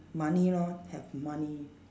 money lor have money